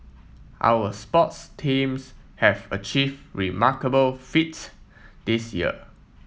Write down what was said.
our sports teams have achieve remarkable feats this year